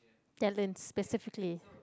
talents specifically